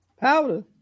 Powder